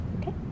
Okay